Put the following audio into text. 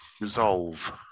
Resolve